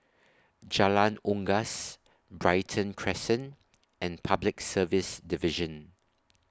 Jalan Unggas Brighton Crescent and Public Service Division